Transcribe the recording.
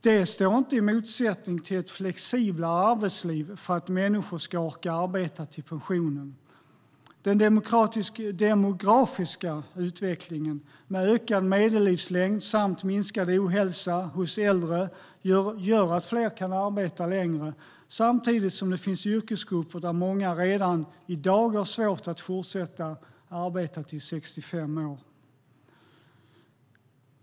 Det står inte i motsättning till ett flexiblare arbetsliv för att människor ska orka arbeta till pensionen. Den demografiska utvecklingen med ökad medellivslängd samt minskad ohälsa hos äldre gör att fler kan arbeta längre, samtidigt som det finns yrkesgrupper där många redan i dag har svårt att fortsätta arbeta till 65 år.